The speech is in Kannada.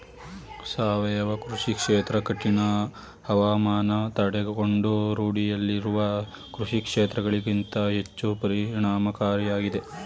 ಸಾವಯವ ಕೃಷಿ ಕ್ಷೇತ್ರ ಕಠಿಣ ಹವಾಮಾನ ತಡೆದುಕೊಂಡು ರೂಢಿಯಲ್ಲಿರುವ ಕೃಷಿಕ್ಷೇತ್ರಗಳಿಗಿಂತ ಹೆಚ್ಚು ಪರಿಣಾಮಕಾರಿಯಾಗಿದೆ